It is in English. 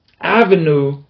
avenue